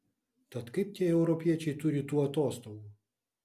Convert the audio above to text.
tad kaip tie europiečiai turi tų atostogų